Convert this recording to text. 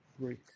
Three